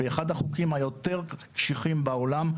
באחד החוקים היותר קשיחים בעולם,